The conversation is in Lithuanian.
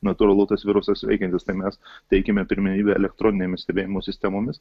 natūralu tas virusas veikiantis tai mes teikiame pirmenybę elektroninėmis stebėjimo sistemomis